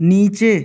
نیچے